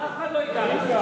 אף אחד לא ייגע בזה.